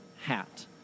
hat